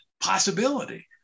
possibility